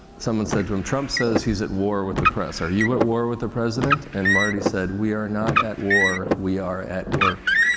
someone said to him, trump says he's at war with the press. are you at war with the president? and marty said, we are not at war, we are at work.